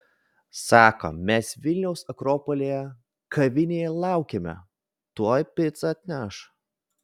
sako mes vilniaus akropolyje kavinėje laukiame tuoj picą atneš